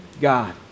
God